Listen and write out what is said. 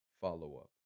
follow-up